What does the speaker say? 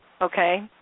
okay